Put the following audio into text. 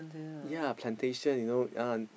yea plantation you know uh